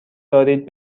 دارید